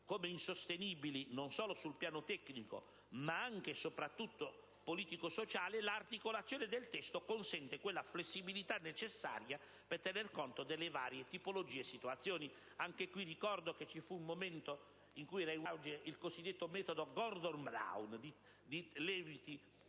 come insostenibili sul piano non solo tecnico, ma anche e soprattutto politico-sociale, l'articolazione del testo consente quella flessibilità necessaria per tener conto delle varie tipologie e situazioni. In proposito ricordo che vi fu un momento in cui era in auge il cosiddetto metodo Gordon Brown, i cui